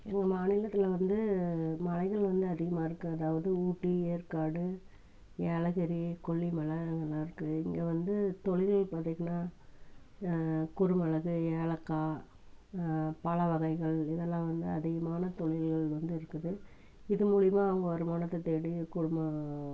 எங்கள் மாநிலத்தில் வந்து மலைகள் வந்து அதிகமாக இருக்குது அதாவது ஊட்டி ஏற்காடு ஏலகிரி கொல்லிமலை அதெல்லாம் இருக்குது இங்கே வந்து தொழில்கள் பார்த்தீங்கன்னா குறு மிளகு ஏலக்காய் பழவகைகள் இதெல்லாம் வந்து அதிகமான தொழில்கள் வந்து இருக்குது இது மூலியமாக அவங்க வருமானத்தை தேடி குடும்பம்